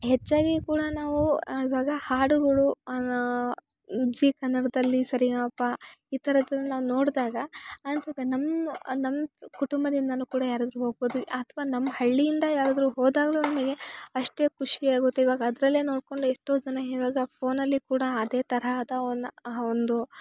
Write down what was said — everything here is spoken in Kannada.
ಹೆಚ್ಚಾಗಿ ಕೂಡ ನಾವೂ ಇವಾಗ ಹಾಡುಗಳು ಜೀ ಕನ್ನಡದಲ್ಲಿ ಸರಿಗಮಪ ಈ ಥರದ್ ನಾವು ನೋಡಿದಾಗ ಅನಿಸುತ್ತೆ ನಮ್ಮ ನಮ್ಮ ಕುಟುಂಬದಿಂದ ಕೂಡ ಯಾರಾದರೂ ಹೋಗ್ಬೋದು ಅಥ್ವ ನಮ್ಮ ಹಳ್ಳಿ ಇಂದ ಯಾರಾದರೂ ಹೋದಾಗಲು ನಮಗೆ ಅಷ್ಟೇ ಖುಷಿ ಆಗುತ್ತೆ ಇವಾಗ ಅದರಲ್ಲೇ ನೋಡ್ಕೊಂಡು ಎಷ್ಟೋ ಜನ ಇವಾಗ ಫೋನಲ್ಲಿ ಕೂಡ ಅದೇ ಥರಹದ ಒನ್ ಒಂದು